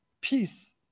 Peace